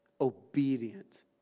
obedient